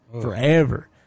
forever